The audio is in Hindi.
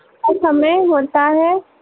का समय होता है